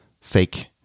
fake